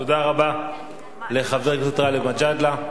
תודה רבה לחבר הכנסת גאלב מג'אדלה.